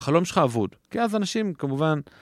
חלום שלך אבוד, כי אז אנשים כמובן...